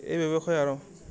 এই ব্যৱসায় আৰু